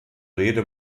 rede